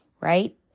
right